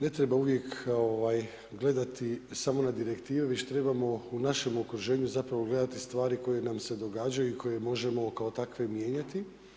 Ne treba uvijek gledati samo na direktive, već trebamo u našem okruženju zapravo gledati stvari koje nam se događaju i koje možemo kao takve mijenjati.